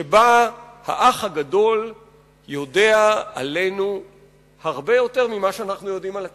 שבה האח הגדול יודע עלינו הרבה יותר ממה שאנחנו יודעים על עצמנו.